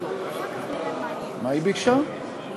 צריכה הכנסת לעסוק באופן הזה, וחבל על הזמן שאנחנו